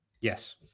Yes